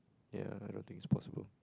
ya I don't think it's possible